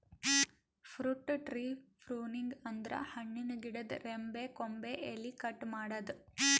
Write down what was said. fruit tree pruning ಅಂದ್ರ ಹಣ್ಣಿನ್ ಗಿಡದ್ ರೆಂಬೆ ಕೊಂಬೆ ಎಲಿ ಕಟ್ ಮಾಡದ್ದ್